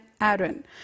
Aaron